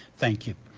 thank you.